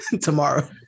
tomorrow